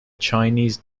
chinese